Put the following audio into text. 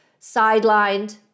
sidelined